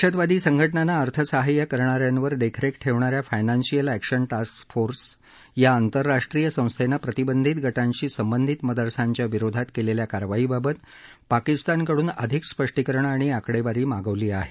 दहशतवादी संघटनांना अर्थ सहाय्य करणाऱ्यांवर देखरेख ठेवणाऱ्या फायनन्शियल एक्शन टाक्स फोर्स या आंतरराष्ट्रीय संस्थेनं प्रतिबंधीत गटांशी संबंधित मदरसांच्या विरोधात केलेल्या कारवाईबाबत पाकिस्तानकडून अधिक स्पष्टीकरण आणि आकडेवारी मागवली आहे